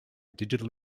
digital